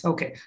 Okay